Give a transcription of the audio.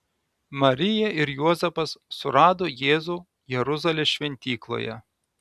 marija ir juozapas surado jėzų jeruzalės šventykloje